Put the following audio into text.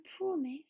promise